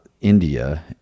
India